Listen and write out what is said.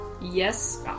Yes